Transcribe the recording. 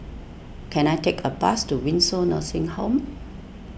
can I take a bus to Windsor Nursing Home